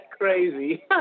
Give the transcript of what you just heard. crazy